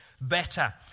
better